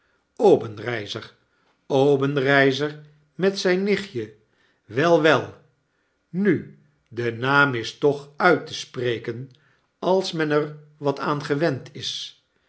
obenreizer obenreizer met zgn nichtje wei wel nu de naam is toch uit te spreken als men er wat aan gewend is